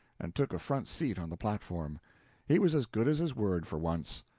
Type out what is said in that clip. and took a front seat on the platform he was as good as his word for once.